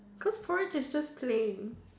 cause porridge is just plain